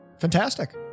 fantastic